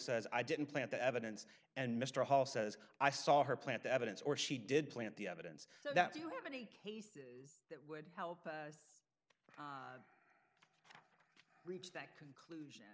says i didn't plant the evidence and mr hall says i saw her plant the evidence or she did plant the evidence so that you have any case that would help reach that conclusion